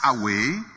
away